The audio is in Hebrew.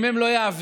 אם הם לא יעבדו,